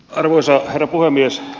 arvoisa herra puhemies